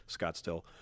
Scottsdale